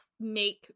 make